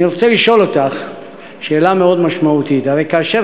אני רוצה לשאול אותך שאלה מאוד משמעותית: הרי כאשר